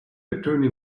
attorney